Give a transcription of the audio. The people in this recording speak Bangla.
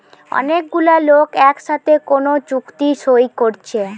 অনেক গুলা লোক একসাথে কোন চুক্তি সই কোরছে